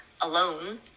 alone